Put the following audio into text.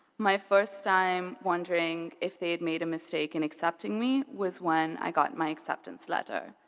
my first time wondering if they'd made a mistake in accepting me was when i got my acceptance letter.